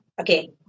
okay